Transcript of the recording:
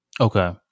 okay